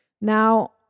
Now